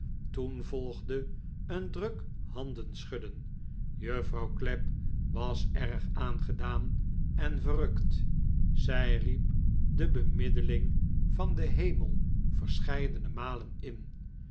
toen volgde een druk handenschudden juffrouw clapp was erg aangedaan en verrukt zij riep de bemiddeling van den hemel verscheidene malen in